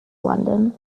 london